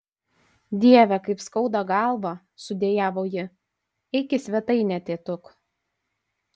dieve kaip skauda galvą sudejavo ji eik į svetainę tėtuk